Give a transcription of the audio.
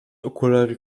okulary